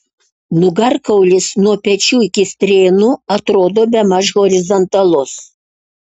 nugarkaulis nuo pečių iki strėnų atrodo bemaž horizontalus